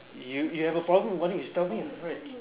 you you have a problem why don't you just tell me right